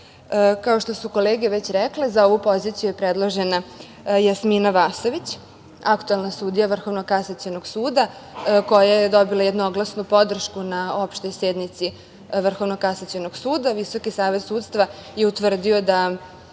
što su kolege već rekle, za ovu poziciju je predložena Jasmina Vasović, aktuelna sudija Vrhovnog kasacionog suda, koja je dobila jednoglasnu podršku na opštoj sednici Vrhovnog kasacionog suda. Visoki savet sudstva je utvrdio da